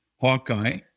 Hawkeye